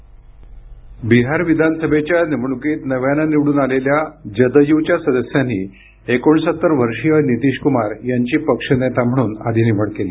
ध्वनी बिहार विधानसभेच्या निवडणुकीत नव्यानं निवडून आलेल्या जदयुच्या सदस्यांनी एकोणसत्तर वर्षीय नितीश कुमार यांची पक्ष नेता म्हणून आधी निवड केली